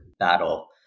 battle